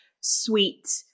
sweet